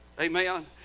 amen